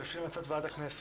לפי המלצת ועדת הכנסת.